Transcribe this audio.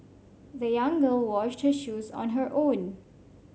the young girl washed her shoes on her own